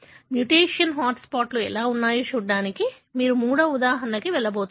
mutation hot స్పాట్లు ఎలా ఉన్నాయో చూడడానికి మీరు మూడవ ఉదాహరణకి వెళ్లబోతున్నారు